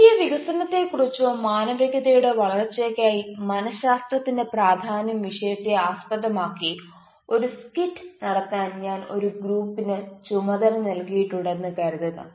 ദേശീയവികസനത്തെക്കുറിച്ചോ മാനവികതയുടെ വളർച്ചയ്ക്കായി മനശാസ്ത്രത്തിന്റെ പ്രാധാന്യം വിഷയത്തെ ആസ്പദമാക്കി ഒരു സ്കിറ്റ് നടത്താൻ ഞാൻ ഒരു ഗ്രൂപ്പിന് ചുമതല നൽകിയിട്ടുണ്ടെന്ന് കരുതുക